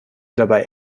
dabei